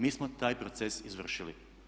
Mi smo taj proces izvršili.